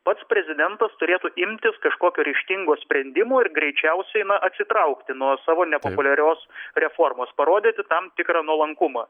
pats prezidentas turėtų imtis kažkokio ryžtingo sprendimo ir greičiausiai atsitraukti nuo savo nepopuliarios reformos parodyti tam tikrą nuolankumą